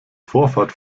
vorfahrt